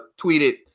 tweeted